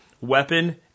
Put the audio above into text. Weapon